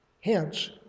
Hence